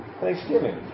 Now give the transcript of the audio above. Thanksgiving